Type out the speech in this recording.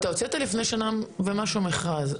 אתה הוצאת לפני שנה ומשהו מכרז,